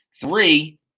Three